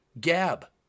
Gab